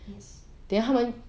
yes